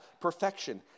perfection